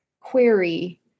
query